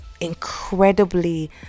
incredibly